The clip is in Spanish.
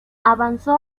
avanzó